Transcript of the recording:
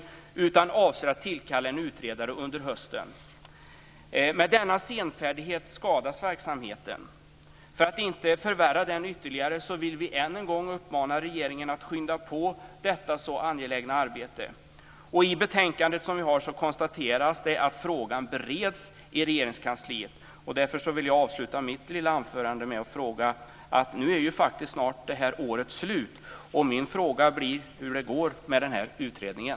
I stället avser man att tillkalla en utredare under hösten. Med denna senfärdighet skadas verksamheten. För att inte förvärra den ytterligare vill vi än en gång uppmana regeringen att skynda på detta så angelägna arbete. I betänkandet konstateras det att frågan bereds i Regeringskansliet. Därför vill jag avsluta mitt lilla anförande med en fråga. Nu är ju faktiskt snart det här året slut. Min fråga blir hur det går med utredningen.